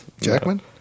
Jackman